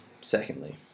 secondly